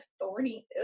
thorny